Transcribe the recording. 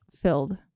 filled